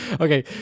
okay